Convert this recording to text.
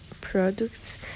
products